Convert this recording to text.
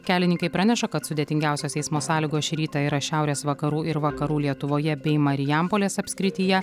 kelininkai praneša kad sudėtingiausios eismo sąlygos šį rytą yra šiaurės vakarų ir vakarų lietuvoje bei marijampolės apskrityje